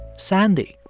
sandy,